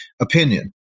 opinion